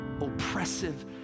oppressive